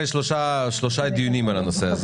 שלושה דיונים על הנושא הזה.